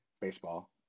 baseball